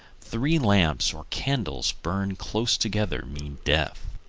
three lamps or candles burned close together mean death.